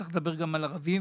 יש לדבר גם על ערבים.